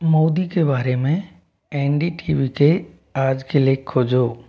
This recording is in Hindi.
मोदी के बारे में एन डी टी वी के आज के लेख खोजो